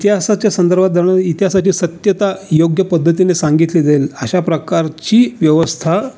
इतिहासाच्या संदर्भात जाणून इतिहासाची सत्यता योग्य पद्धतीने सांगितली जाईल अशाप्रकारची व्यवस्था